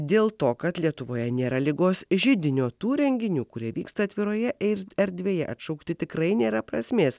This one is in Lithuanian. dėl to kad lietuvoje nėra ligos židinio tų renginių kurie vyksta atviroje ir erdvėje atšaukti tikrai nėra prasmės